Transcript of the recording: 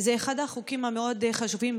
זה אחד החוקים המאוד-חשובים,